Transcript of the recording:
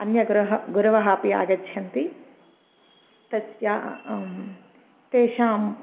अन्यगुरवः गुरवः अपि आगच्छन्ति तस्य तेषाम्